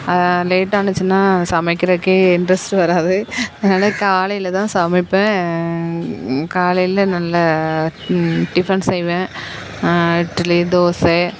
லேட்டானுச்சுனால் சமைக்கிறதுக்கே இன்ட்ரெஸ்ட்டு வராது அதனால காலையில் தான் சமைப்பேன் காலையில் நல்லா டிஃபன் செய்வேன் இட்லி தோசை